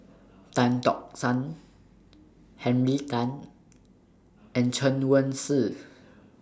Tan Tock San Henry Tan and Chen Wen Hsi